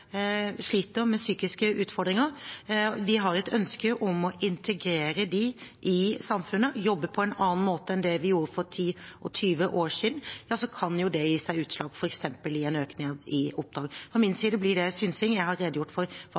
sliter med psykiske utfordringer, og at vi har et ønske om å integrere dem i samfunnet og jobbe på en annen måte enn vi gjorde for ti og tjue år siden, kan det gi seg utslag i f.eks. en økning i oppdrag. Fra min side blir det synsing. Jeg har redegjort for